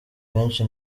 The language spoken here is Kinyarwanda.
benshi